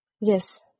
Yes